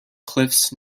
cliffs